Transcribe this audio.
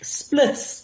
splits